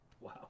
Wow